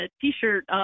T-shirt